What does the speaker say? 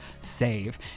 save